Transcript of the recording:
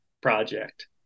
project